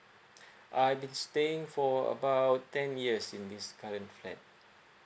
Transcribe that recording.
uh I've been staying for about ten years in this current flat